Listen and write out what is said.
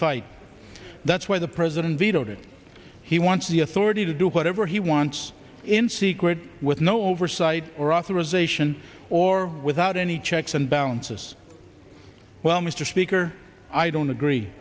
fight that's why the president vetoed it he wants the authority to do whatever he wants in secret with no oversight or authorization or without any checks and balances well mr speaker i don't agree